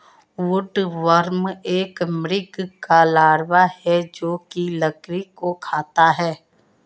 woodworm एक भृंग का लार्वा है जो की लकड़ी को खाता है